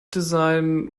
design